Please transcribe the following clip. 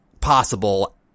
possible